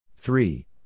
Three